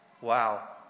Wow